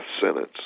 sentence